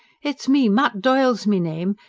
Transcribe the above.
it's me mat doyle's me name!